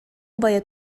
убайа